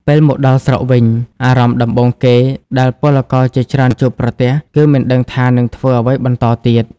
ពេលមកដល់ស្រុកវិញ អារម្មណ៍ដំបូងគេដែលពលករជាច្រើនជួបប្រទះគឺមិនដឹងថានឹងធ្វើអ្វីបន្តទៀត។